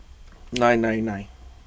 nine nine nine